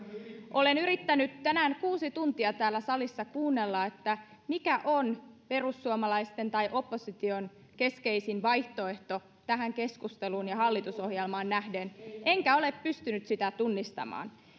olen yrittänyt tänään kuusi tuntia täällä salissa kuunnella mikä on perussuomalaisten tai opposition keskeisin vaihtoehto tähän keskusteluun ja hallitusohjelmaan nähden enkä ole pystynyt sitä tunnistamaan